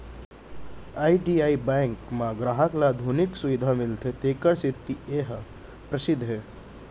IDBI bank म गराहक ल आधुनिक सुबिधा मिलथे तेखर सेती ए ह परसिद्ध हे